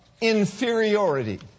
inferiority